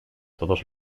todos